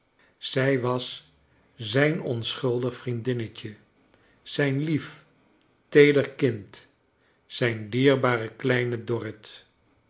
zij was zijn onschuldig vriendinnetje zijn lief teeder kind zijn dierbare kleine dorrit